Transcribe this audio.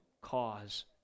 cause